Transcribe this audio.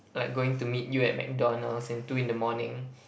like going to meet you at MacDonald's in two in the morning